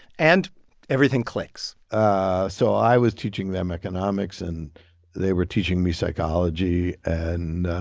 and everything clicks ah so i was teaching them economics, and they were teaching me psychology. and